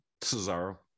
Cesaro